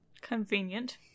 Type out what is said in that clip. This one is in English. Convenient